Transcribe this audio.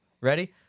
Ready